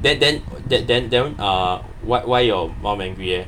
then then then then uh wh~ why your mum angry eh